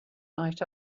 night